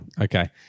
Okay